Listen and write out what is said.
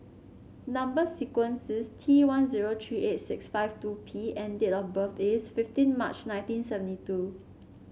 number sequence is T one zero tree eight six five two P and date of birth is fifteen March nineteen seventy two